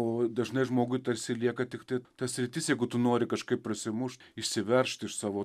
o dažnai žmogui tarsi lieka tiktai ta sritis jeigu tu nori kažkaip prasimušt išsiveržt iš savo